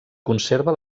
conserva